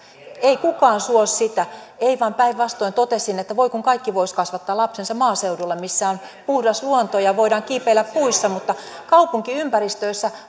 ei kukaan suo sitä ei vaan päinvastoin totesin että voi kun kaikki voisivat kasvattaa lapsensa maaseudulla missä on puhdas luonto ja voidaan kiipeillä puissa mutta kaupunkiympäristöissä